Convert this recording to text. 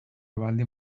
baldin